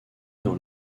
dans